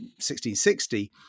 1660